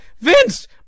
Vince